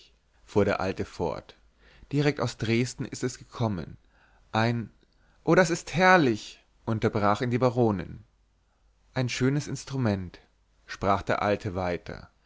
fuhr der alte fort direkt aus dresden ist es gekommen ein o das ist herrlich unterbrach ihn die baronin ein schönes instrument sprach der alte weiter